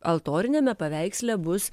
altoriniame paveiksle bus